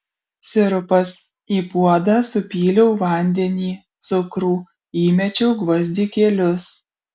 sirupas į puodą supyliau vandenį cukrų įmečiau gvazdikėlius